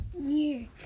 New